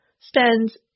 spends